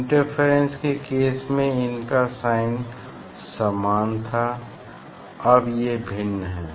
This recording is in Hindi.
इंटरफेरेंस के केस में इनका साइन समान था अब ये भिन्न हैं